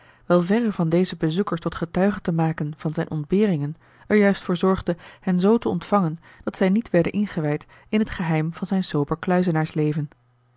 wel verre van deze bezoekers tot getuigen te maken van zijne ontberingen er juist voor zorgde hen z te ontvangen dat zij niet werden ingewijd in het geheim van zijn sober kluizenaarsleven